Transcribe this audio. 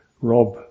rob